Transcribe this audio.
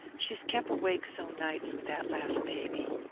she's kep' awake so nights with that last baby.